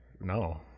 No